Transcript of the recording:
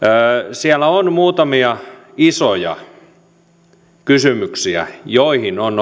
siellä on muutamia isoja kysymyksiä joihin on